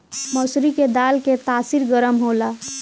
मसूरी के दाल के तासीर गरम होला